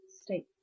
state